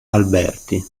alberti